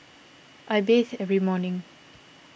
I bathe every morning